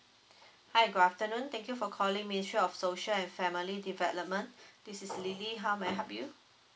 hi good afternoon thank you for calling ministry of social and family development this is lily how may I help you